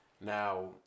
Now